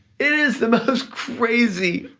is the most crazy,